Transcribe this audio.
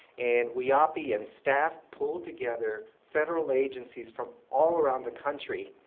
and whiaapi and staff pulled together federal agencies from all around the country,